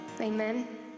amen